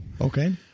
Okay